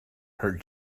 her